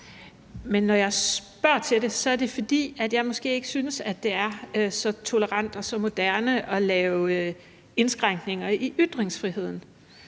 Men når jeg spørger om det, er det, fordi jeg måske ikke synes, at det er så tolerant og så moderne at lave indskrænkninger i ytringsfriheden